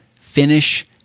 Finish